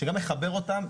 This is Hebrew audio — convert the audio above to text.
שגם מחבר אותם,